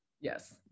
Yes